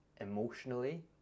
emotionally